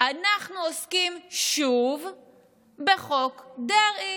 אנחנו עוסקים שוב בחוק דרעי.